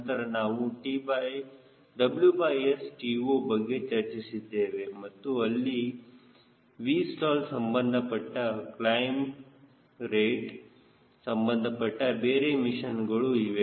ನಂತರ ನಾವು WSTO ಬಗ್ಗೆ ಚರ್ಚಿಸಿದ್ದೇವೆ ಮತ್ತು ಅಲ್ಲಿ Vstall ಸಂಬಂಧಪಟ್ಟ ಕ್ಲೈಮ್ ರೇಟ್ ಸಂಬಂಧಪಟ್ಟ ಬೇರೆ ಮಿಷನ್ ಗಳು ಇವೆ